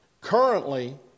Currently